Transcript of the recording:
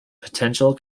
potential